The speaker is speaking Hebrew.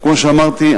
כמו שאמרתי,